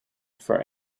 for